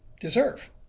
deserve